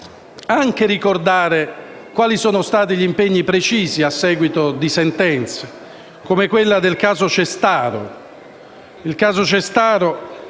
vorrei ricordare anche quali sono stati gli impegni precisi a seguito di sentenze, come quella del cosiddetto